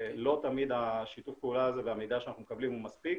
לא תמיד שיתוף הפעולה הזה והמידע שאנחנו מקבלים הוא מספיק